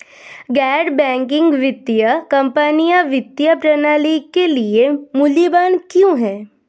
गैर बैंकिंग वित्तीय कंपनियाँ वित्तीय प्रणाली के लिए मूल्यवान क्यों हैं?